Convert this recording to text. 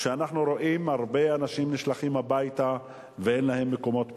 אנחנו רואים הרבה אנשים שנשלחים הביתה ואין להם מקומות פרנסה.